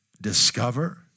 discover